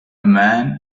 man